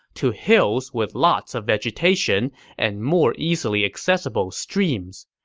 to hills with lots of vegetation and more easily accessible streams.